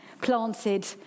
planted